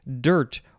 dirt